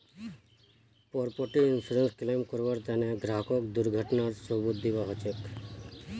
property इन्शुरन्सत claim करबार तने ग्राहकक दुर्घटनार सबूत दीबा ह छेक